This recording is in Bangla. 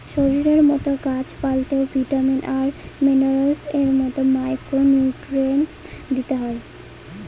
শরীরের মতো গাছ পালতেও ভিটামিন আর মিনারেলস এর মতো মাইক্র নিউট্রিয়েন্টস দিতে হয়